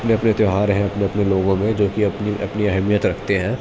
اپنے اپنے تیوہار ہیں اپنے اپنے لوگوں میں جو کہ اپنی اپنی اہمیت رکھتے ہیں